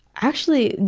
actually,